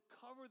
cover